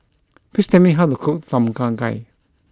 please tell me how to cook Tom Kha Gai